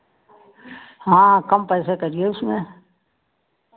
हाँ कम पैसे करिए उसमें